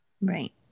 Right